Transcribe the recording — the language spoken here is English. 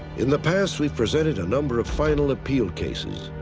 in the past, we presented a number of final appeal cases.